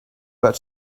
bud